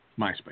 MySpace